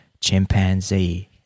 chimpanzee